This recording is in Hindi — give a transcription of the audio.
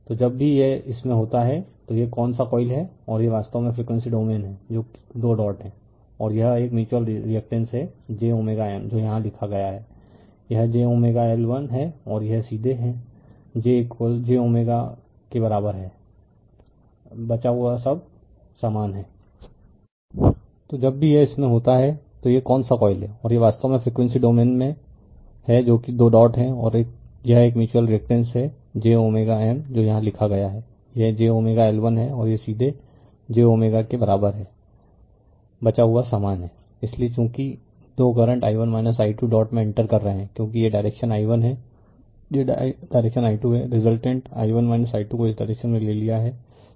तो जब भी यह इसमें होता है तो यह कौन सा कॉइल है और यह वास्तव में फ़्रीक्वेंसी डोमेन है जो कि 2 डॉट है और यह एक म्यूच्यूअल रिअक्टेंस है j M जो यहाँ लिखा गया है यह j L1 है और यह सीधे j के बराबर है है बचा हुआ समान हैं इसलिए चूंकि 2 करंट i1 i 2 डॉट में इंटर कर रहे हैं क्योंकि यह डायरेक्शन i1 है यह डायरेक्शन i 2 है रिजलटेंट i1 i 2 को इस डायरेक्शन में ले लिया है